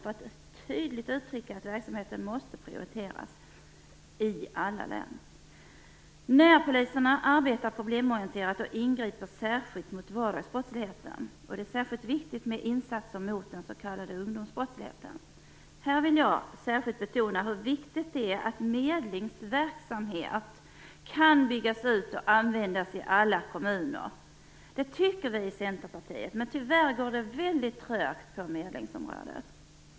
Vi vill tydligt uttrycka att verksamheten måste prioriteras i alla län. Närpoliserna arbetar problemorienterat och ingriper särskilt mot vardagsbrottsligheten. Det är särskilt viktigt med insatser mot den s.k. ungdomsbrottsligheten. Här vill jag särskilt betona hur viktigt det är att medlingsverksamhet kan byggas ut och användas i alla kommuner. Det tycker vi i Centerpartiet, men tyvärr går det väldigt trögt på medlingsområdet.